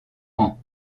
ans